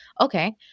Okay